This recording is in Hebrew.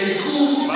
כי העיכוב,